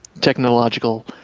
technological –